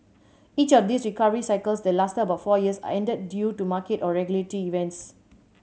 each of these recovery cycles that lasted about four years and ended due to market or regulatory events